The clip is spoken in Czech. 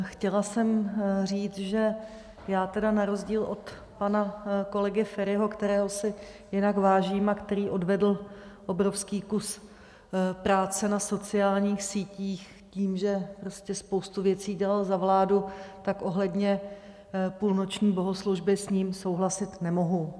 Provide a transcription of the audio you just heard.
Chtěla jsem říct, že já tedy na rozdíl od pana kolegy Feriho, kterého si jinak vážím a který odvedl obrovský kus práce na sociálních sítích tím, že prostě spoustu věcí dělal za vládu, tak ohledně půlnoční bohoslužby s ním souhlasit nemohu.